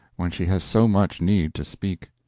when she has so much need to speak.